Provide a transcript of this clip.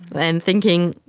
and thinking,